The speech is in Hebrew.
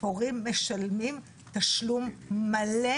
הורים משלמים תשלום מלא,